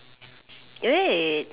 wait